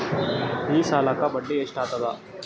ಈ ಸಾಲಕ್ಕ ಬಡ್ಡಿ ಎಷ್ಟ ಹತ್ತದ?